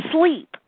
sleep